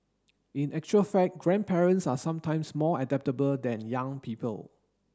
in actual fact grandparents are sometimes more adaptable than young people